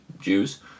Jews